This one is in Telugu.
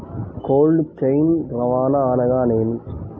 కోల్డ్ చైన్ రవాణా అనగా నేమి?